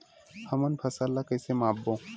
हमन फसल ला कइसे माप बो?